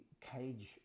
cage